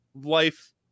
life